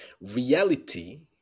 Reality